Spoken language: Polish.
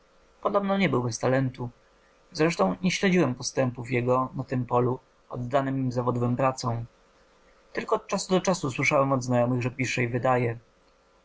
podobno nie był bez talentu zresztą nie śledziłem postępów jego na tem polu oddany mym zawodowym pracom tylko od czasu do czasu słyszałem od znajomych że pisze i wydaje